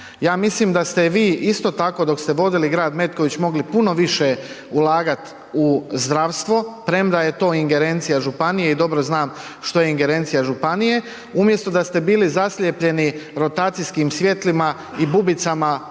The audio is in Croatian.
Ja mislim da ste vi isto tako dok ste vodili grad Metković mogli puno više ulagat u zdravstvo, premda je to ingerencija županije i dobro znam što je ingerencija županije umjesto da ste bili zaslijepljeni rotacijskim svjetlima i bubicama